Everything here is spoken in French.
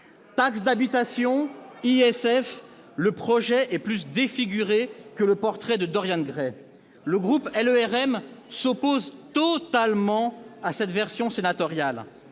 Taxe d'habitation, ISF ... Le projet est plus défiguré que le portrait de Dorian Gray. Le groupe LREM s'oppose totalement à cette version sénatoriale.